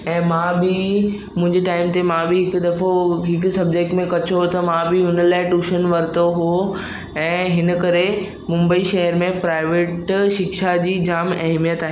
ऐं मां बि मुंहिंजे टाइम ते मां बि हिक दफ़ो हिक सब्जेक्ट में कचो आहियां त मां बि हुन लाइ ट्यूशन वरितो हुओ ऐं इनकरे मुंबई शहर में प्राइवेट शिक्षा जी जाम अहमियत आहे